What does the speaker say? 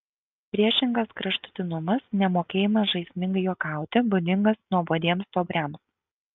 priešingas kraštutinumas nemokėjimas žaismingai juokauti būdingas nuobodiems stuobriams